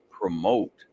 promote